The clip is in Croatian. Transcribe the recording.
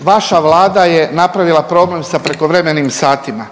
napravila je napravila problem sa prekovremenim satima.